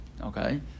Okay